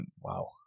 wow